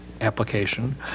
application